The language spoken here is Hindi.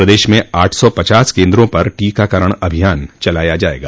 प्रदेश में आठ सौ पचास केन्द्रों पर टीकाकरण अभियान चलाया जायेगा